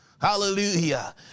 Hallelujah